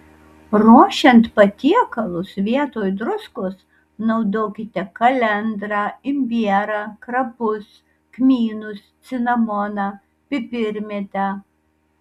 ruošiant patiekalus vietoj druskos naudokite kalendrą imbierą krapus kmynus cinamoną pipirmėtę